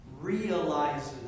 realizes